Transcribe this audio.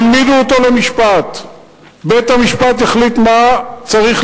אני רוצה